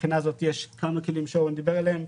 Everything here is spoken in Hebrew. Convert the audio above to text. מבחינה זאת יש כמה כלים שאורן דיבר עליהם,